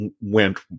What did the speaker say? went